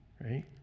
Right